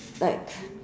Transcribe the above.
like